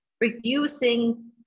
reducing